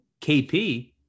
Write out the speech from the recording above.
KP